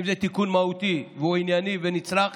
אם זה תיקון מהותי והוא ענייני ונצרך,